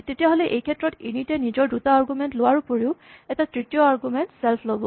তেতিয়াহ'লে এইক্ষেত্ৰত ইনিট এ নিজৰ দুটা আৰগুমেন্ট লোৱাৰ উপৰিও এটা তৃতীয় আৰগুমেন্ট ছেল্ফ ল'ব